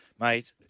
mate